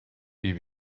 wie